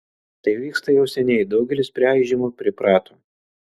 tai vyksta jau seniai daugelis prie aižymo priprato